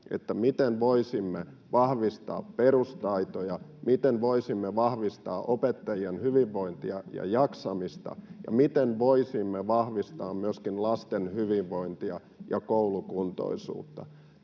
sitä, miten voisimme vahvistaa perustaitoja, miten voisimme vahvistaa opettajien hyvinvointia ja jaksamista ja miten voisimme vahvistaa myöskin lasten hyvinvointia ja koulukuntoisuutta,